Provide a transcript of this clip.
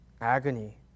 agony